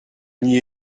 n’y